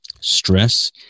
stress